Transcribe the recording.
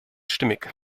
stimmig